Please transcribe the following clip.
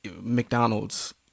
McDonald's